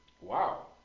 Wow